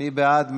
מי בעד?